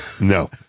no